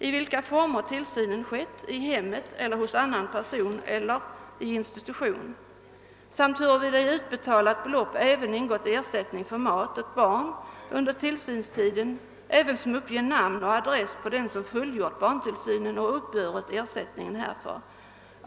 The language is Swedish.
), i vilka former tillsynen skett samt huruvida i utbetalat belopp även ingått ersättning för mat åt barn under = tillsynstiden ävensom uppge namn och adress på den som fullgjort barntillsynen och uppburit ersättningen härför.